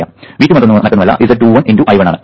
V2 മറ്റൊന്നുമല്ല z21 I1 ആണ്